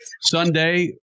Sunday